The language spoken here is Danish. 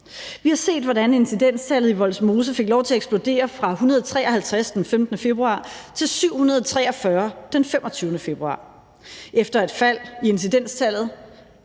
Vi har set, hvordan incidenstallet i Vollsmose fik lov til at eksplodere fra 153 den 15. februar til 743 den 25. februar. Efter et fald i incidenstallet